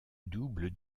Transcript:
double